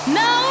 no